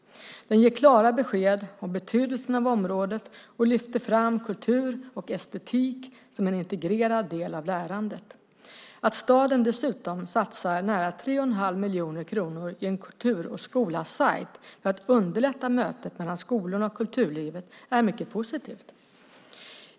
Den ger klara besked om betydelsen av området och lyfter fram kultur och estetik som en integrerad del av lärandet. Att staden dessutom satsar nära 3,5 miljoner kronor i en kultur-och-skola-sajt för att underlätta mötet mellan skolorna och kulturlivet är mycket positivt.